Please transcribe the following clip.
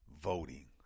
voting